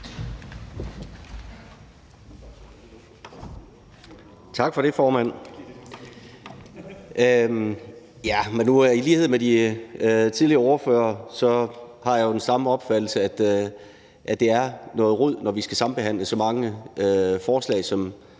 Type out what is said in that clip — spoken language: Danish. Tak for det, formand. I lighed med de tidligere ordførere har jeg jo den samme opfattelse, nemlig at det er noget rod, at vi skal sambehandle så mange forslag, som